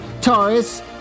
Taurus